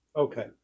Okay